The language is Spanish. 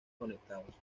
conectados